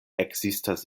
ekzistas